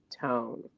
tone